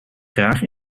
graag